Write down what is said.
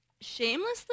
Shamelessly